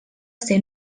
ser